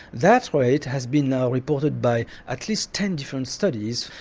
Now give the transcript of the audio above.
that's why it has been now reported by at least ten different studies.